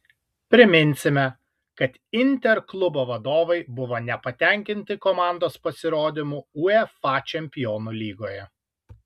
priminsime kad inter klubo vadovai buvo nepatenkinti komandos pasirodymu uefa čempionų lygoje